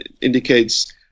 indicates